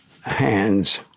hands